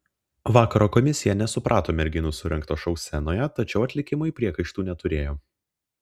vakaro komisija nesuprato merginų surengto šou scenoje tačiau atlikimui priekaištų neturėjo